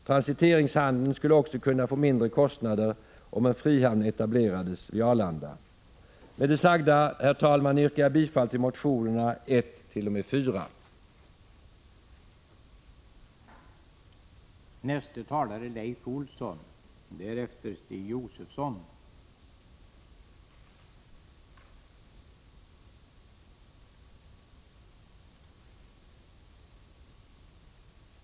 Transiteringshandeln skulle också kunna få mindre kostnader om en frihamn etablerades vid Arlanda. Prot. 1985/86:125 Med det sagda yrkar jag bifall till reservationerna 1-4. 23 april 1986